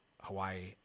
Hawaii